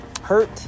hurt